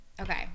Okay